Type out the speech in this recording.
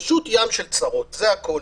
זה הכול.